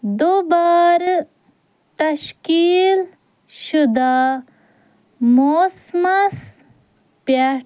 دُبارٕ تشکیٖل شُدہ موسمَس پٮ۪ٹھ